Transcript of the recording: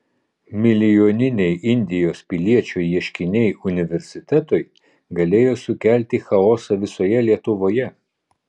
milijoniniai indijos piliečio ieškiniai universitetui galėjo sukelti chaosą visoje lietuvoje